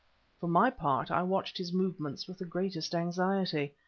for my part, i watched his movements with the greatest anxiety.